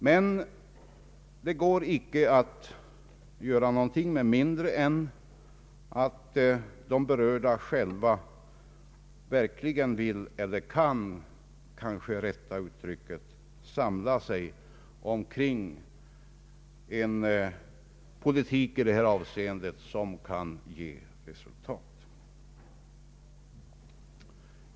Men det går inte att göra någonting med mindre än att de berörda själva verkligen vill — eller kan, kanske är rätta uttrycket — samla sig omkring en politik som kan ge resultat.